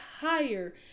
higher